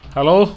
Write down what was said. Hello